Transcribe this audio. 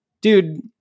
dude